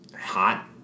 hot